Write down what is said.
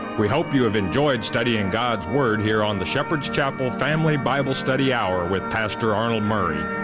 we hope you have enjoyed studying god's word here on the shepherd's chapel family bible study hour with pastor arnold murray.